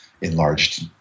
enlarged